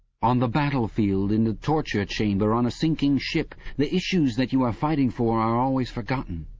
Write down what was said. on the battlefield, in the torture chamber, on a sinking ship, the issues that you are fighting for are always forgotten,